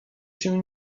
się